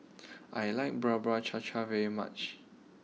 I like Bubur Cha Cha very much